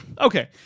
Okay